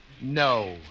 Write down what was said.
No